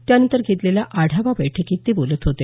त्यानंतर घेतलेल्या आढावा बैठकीत ते बोलत होते